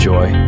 Joy